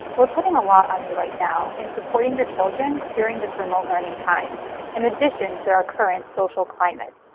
we're putting a lot on you right now in supporting your children during this remote learning time in and addition to our current social climate.